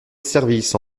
service